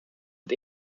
het